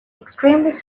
extremely